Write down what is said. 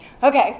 Okay